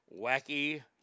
wacky